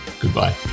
Goodbye